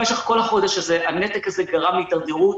במשך כל החודש הזה הנתק הזה גרם להידרדרות